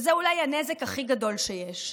זה אולי הנזק הכי גדול שיש.